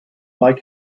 bike